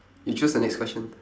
you choose the next question